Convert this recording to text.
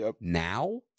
now